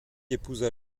épousa